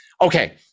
Okay